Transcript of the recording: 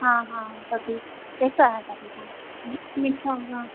हाँ हाँ पपी कैसा है पपीता मीठा होगा